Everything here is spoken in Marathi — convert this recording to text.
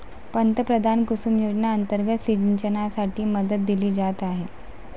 पंतप्रधान कुसुम योजना अंतर्गत सिंचनासाठी मदत दिली जात आहे